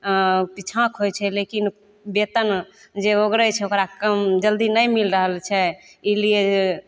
पिछाँके होइ छै लेकिन वेतन जे ओगरै छै ओकरा कम जल्दी नहि मिल रहल छै ई लिए